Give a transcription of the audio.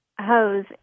hose